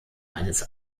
eines